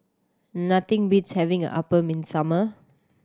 nothing beats having appam in summer